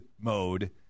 mode